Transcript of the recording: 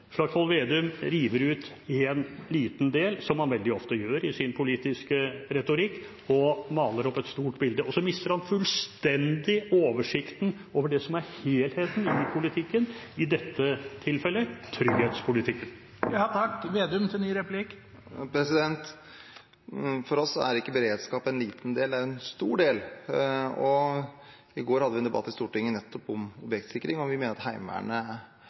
Slagsvold Vedum river ut en liten del, som han veldig ofte gjør i sin politiske retorikk, og maler opp et stort bilde, og så mister han fullstendig oversikten over det som er helheten i politikken – i dette tilfellet trygghetspolitikken. For oss er ikke beredskap en liten del – det er en stor del. I går hadde vi en debatt i Stortinget om nettopp objektsikring. Vi mener at Heimevernet